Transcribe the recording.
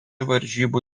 varžybų